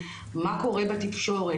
מה קורה בתקשורת,